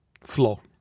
flow